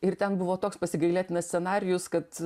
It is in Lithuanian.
ir ten buvo toks pasigailėtinas scenarijus kad